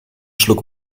schluck